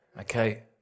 Okay